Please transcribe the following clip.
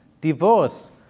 divorce